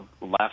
left